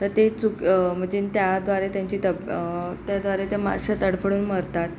तर ते चूक म्हणजे त्याद्वारे त्यांची तब त्याद्वारे ते मासे तडफडून मरतात